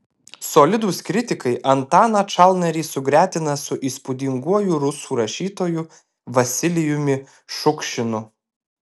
solidūs kritikai antaną čalnarį sugretina su įspūdinguoju rusų rašytoju vasilijumi šukšinu